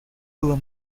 было